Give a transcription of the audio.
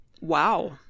Wow